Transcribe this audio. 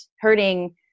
hurting